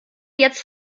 jetzt